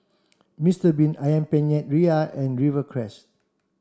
Mister bean Ayam Penyet Ria and Rivercrest